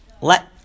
Let